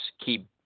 keep